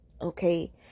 Okay